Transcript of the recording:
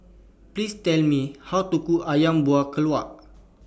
Please Tell Me How to Cook Ayam Buah Keluak